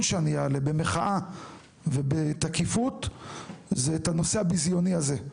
שאני אעלה במחאה ובתקיפות זה את הנושא הביזיוני הזה,